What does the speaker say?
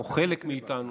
או חלק מאיתנו,